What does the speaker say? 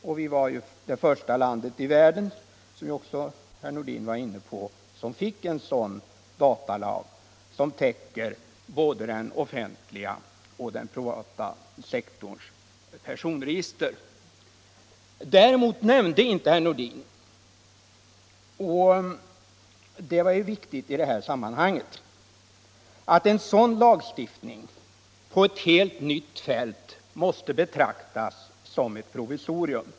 Sverige var, som herr Nordin också var inne på, det första landet i världen som fick en datalag som täcker både den offentliga och den privata sektorns personregister. Däremot nämnde inte herr Nordin — och det är viktigt i detta sammanhang — att en sådan lagstiftning på ett helt nytt fält måste betraktas som ett provisorium.